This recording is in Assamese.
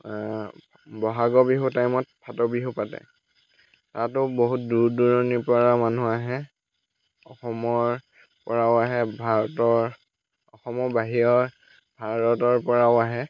ব'হাগৰ বিহুৰ টাইমত ফাট বিহু পাতে তাতো বহুত দূৰ দূৰণিৰ পৰা মানুহ আহে অসমৰ পৰাও আহে ভাৰতৰ অসমৰ বাহিৰৰ ভাৰতৰ পৰাও আহে